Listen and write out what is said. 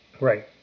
Right